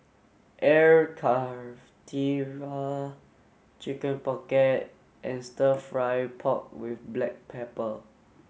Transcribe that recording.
Air Karthira Chicken Pocket and stir fry pork with black pepper